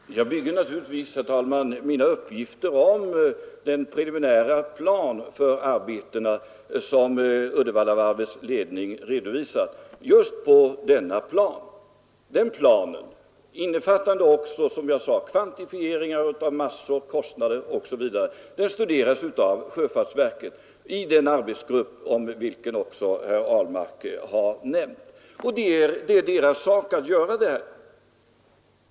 Herr talman! Jag grundar naturligtvis mina uppgifter på den preliminära plan för arbetena som Uddevallavarvets ledning redovisat. Den planen innefattar också, som jag sade, kvantifieringar av de massor som måste sprängas bort, kostnader osv. och studeras av sjöfartsverket i den arbetsgrupp herr Ahlmark nämnde. Det är gruppens sak att göra detta.